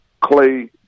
Clay